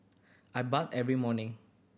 I bathe every morning